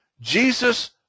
Jesus